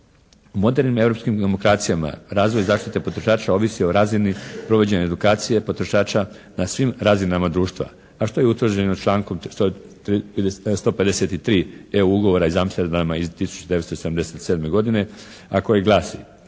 U modernim europskim demokracijama razvoj zaštite potrošača ovisi o razini provođenja edukacije potrošača na svim razinama društva, a što je utvrđeno i člankom 153. E ugovora iz Amsterdama iz 1977. godine, a koji glasi: